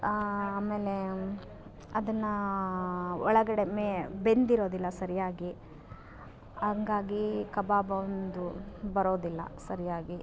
ಆ ಆಮೇಲೆ ಅದನ್ನು ಒಳಗಡೆ ಮೇ ಬೆಂದಿರೋದಿಲ್ಲ ಸರಿಯಾಗಿ ಹಂಗಾಗಿ ಕಬಾಬ್ ಒಂದು ಬರೋದಿಲ್ಲ ಸರಿಯಾಗಿ